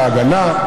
להגנה,